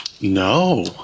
No